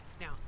now